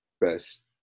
best